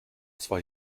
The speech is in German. zwar